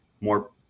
more